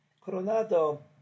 Coronado